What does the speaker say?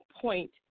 point